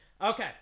okay